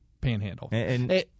panhandle